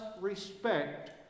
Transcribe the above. respect